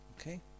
Okay